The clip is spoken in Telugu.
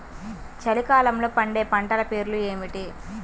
చలికాలంలో పండే పంటల పేర్లు ఏమిటీ?